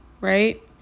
Right